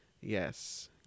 yes